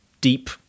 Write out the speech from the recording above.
deep